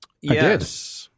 Yes